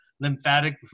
lymphatic